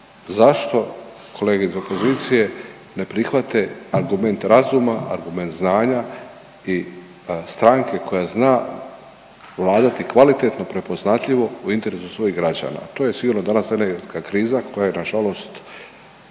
Zašto kolege iz opozicije ne prihvate argument razuma, argument znanja i stranke koja zna vladati kvalitetno i prepoznatljivo u interesu svojih građana. To je sigurno danas energetska kriza koja je nažalost